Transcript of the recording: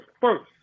first